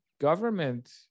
government